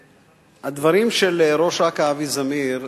הדברים של ראש אכ"א אבי זמיר,